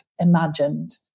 imagined